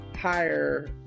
higher